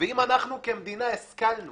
ואם אנחנו כמדינה השכלנו